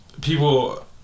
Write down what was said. people